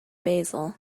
basil